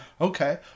Okay